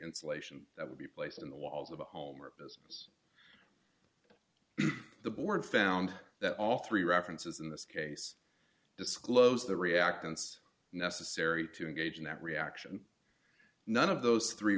insulation that would be placed in the walls of a home or business the board found that all three references in this case disclose the reactance necessary to engage in that reaction none of those three